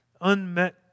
unmet